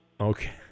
Okay